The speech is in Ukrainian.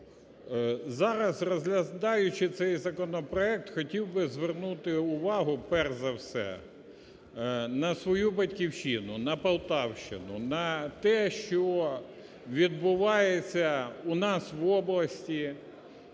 зараз, розглядаючи цей законопроект, хотів би звернути увагу перш за все на свою батьківщину, на Полтавщину, на те, що відбувається у нас в області,